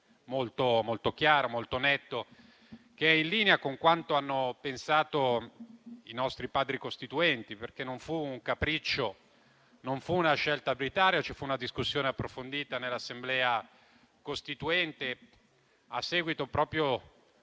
molto chiaro e molto netto, che è in linea con quanto hanno pensato i nostri Padri costituenti. Non fu un capriccio, non fu una scelta arbitraria, ma ci fu una discussione approfondita nell'Assemblea costituente, a seguito proprio